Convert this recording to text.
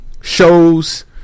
shows